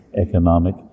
economic